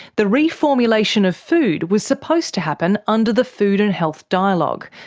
the reformulation of food was supposed to happen under the food and health dialogue,